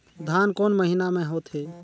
धान कोन महीना मे होथे?